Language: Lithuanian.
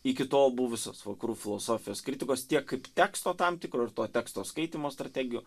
iki tol buvusios vakarų filosofijos kritikos tiek kaip teksto tam tikro ir to teksto skaitymo strategijų